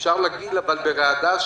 אפשר להגיל אבל ברעדה,